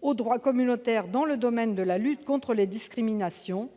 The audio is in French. au droit communautaire dans le domaine de la lutte contre les discriminations